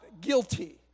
guilty